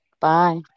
Bye